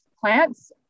plants